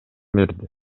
берди